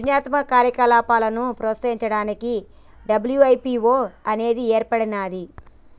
సృజనాత్మక కార్యకలాపాలను ప్రోత్సహించడానికి డబ్ల్యూ.ఐ.పీ.వో అనేది ఏర్పడినాది